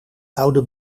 oude